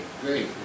great